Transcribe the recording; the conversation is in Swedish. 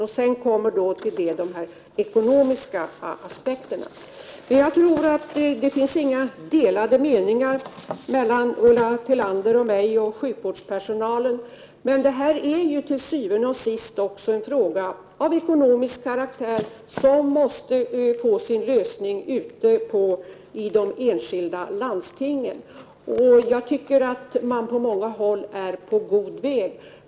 Till detta kommer de ekonomiska aspekterna. Jag tror inte att det finns några delade meningar mellan Ulla Tillander, mig och sjukvårdspersonalen, men detta är til syvende og sidst också en fråga av ekonomisk karaktär, som måste få sin lösning ute i de enskilda landstingen. Jag tycker att detta på många håll är på god väg.